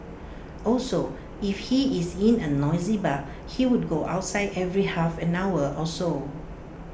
also if he is in A noisy bar he would go outside every half an hour or so